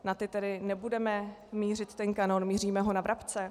Na ty tedy nebudeme mířit ten kanón, míříme ho na vrabce?